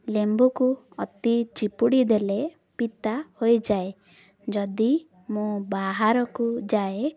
ଲେମ୍ବୁକୁ ଅତି ଚିପୁଡ଼ି ଦେଲେ ପିତା ହୋଇଯାଏ ଯଦି ମୁଁ ବାହାରକୁ ଯାଏ